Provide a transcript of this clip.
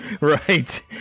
Right